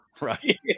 Right